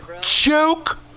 Joke